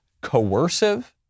coercive